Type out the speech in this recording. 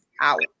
out